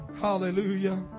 Hallelujah